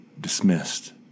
Dismissed